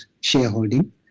shareholding